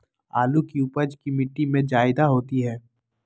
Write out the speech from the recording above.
आलु की उपज की मिट्टी में जायदा होती है?